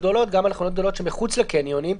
הנה, קחו את הפיילוט של הקניונים,